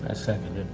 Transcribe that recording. ah second.